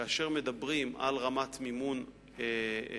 כאשר מדברים על רמת מימון מסוימת,